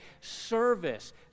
service